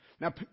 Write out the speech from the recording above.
Now